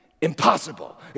Impossible